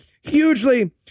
Hugely